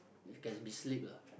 it can be slipped lah